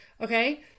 okay